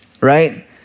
right